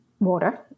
water